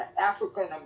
African